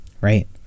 right